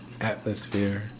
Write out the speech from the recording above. Atmosphere